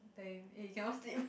tell him eh you cannot sleep